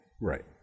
right